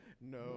no